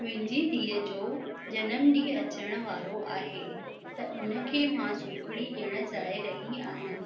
मुंहिंजी धीउ जो जनम ॾींहुं अचण वारो आहे त उन खे मां सूखिड़ी ॾियणु चाहे रही आहियां